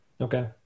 okay